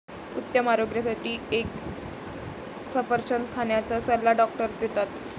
उत्तम आरोग्यासाठी रोज एक सफरचंद खाण्याचा सल्ला डॉक्टर देतात